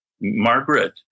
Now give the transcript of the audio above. Margaret